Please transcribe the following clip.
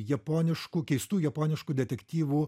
japoniškų keistų japoniškų detektyvų